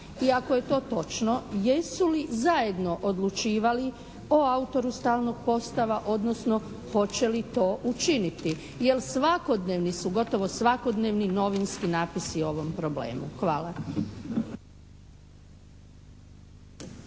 ako je to točno jesu li zajedno odlučivali o autoru stalnog postava, odnosno hoće li to učiniti jel svakodnevni su, gotovo svakodnevni novinski napisi o ovom problemu? Hvala.